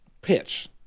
pitch